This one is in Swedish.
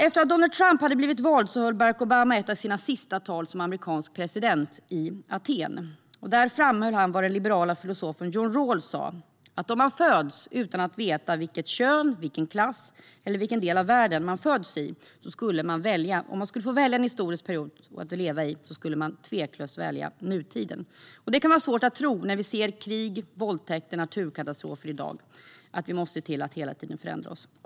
Efter att Donald Trump blivit vald höll Barack Obama ett av sina sista tal som amerikansk president i Aten. Där framhöll han vad den liberala filosofen John Rawls sa, nämligen att om man föds utan att få veta vilket kön, vilken klass eller vilken del av världen man föds i och får välja en historisk period att leva i skulle man tveklöst välja nutiden. Detta kan vara svårt att tro när vi ser dagens krig, våldtäkter och naturkatastrofer. Vi måste se till att vi hela tiden förändrar oss.